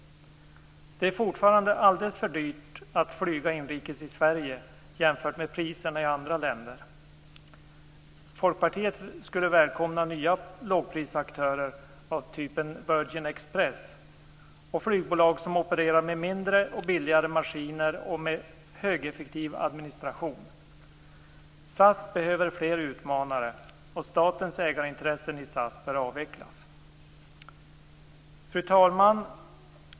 Det är fortfarande alldeles för dyrt att flyga inrikes i Sverige jämfört med priserna i andra länder. Folkpartiet skulle välkomna nya lågprisaktörer av typen Virgin Express och flygbolag som opererar med mindre och billigare maskiner och med högeffektiv administration. SAS behöver fler utmanare och statens ägarintressen i SAS bör avvecklas. Fru talman!